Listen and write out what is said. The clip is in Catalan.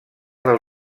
del